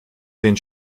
den